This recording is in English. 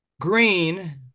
green